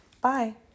Bye